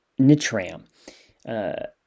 *Nitram*